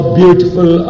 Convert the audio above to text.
beautiful